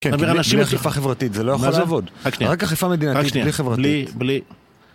כן, בלי אכיפה חברתית, זה לא יכול לעבוד, רק אכיפה מדינתית, בלי חברתית.